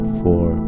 four